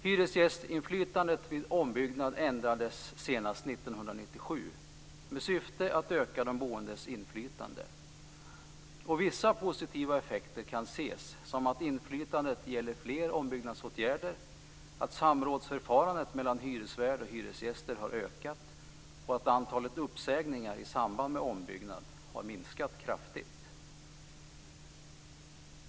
Hyresgästinflytandet vid ombyggnad ändrades senast 1997 i syfte att öka de boendes inflytande. Vissa positiva effekter kan ses såsom att inflytandet gäller fler ombyggnadsåtgärder, att samrådförfarandet mellan hyresvärd och hyresgäster har ökat samt att antalet uppsägningar i samband med ombyggnad kraftigt har minskat.